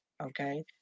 okay